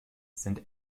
sind